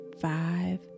five